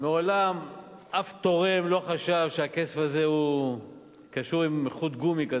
מעולם אף תורם לא חשב שהכסף הזה קשור בחוט גומי,